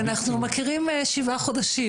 אנחנו מכירים שבעה חודשים,